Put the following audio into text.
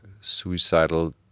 suicidal